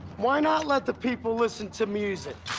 why not let the people listen to music?